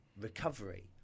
recovery